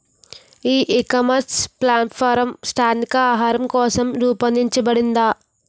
ఈ ecommerce platform స్థానిక ఆహారం కోసం రూపొందించబడిందా?